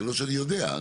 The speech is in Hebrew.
גם לא שאני יודע,